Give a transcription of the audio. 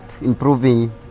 improving